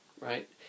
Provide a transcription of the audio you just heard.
right